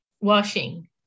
Washing